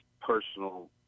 personal